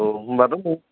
औ होनबाथ' नों